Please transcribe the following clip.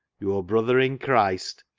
your brother in christ,